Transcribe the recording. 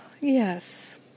yes